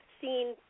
seen